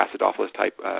acidophilus-type